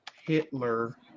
Hitler